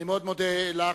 אני מאוד מודה לך.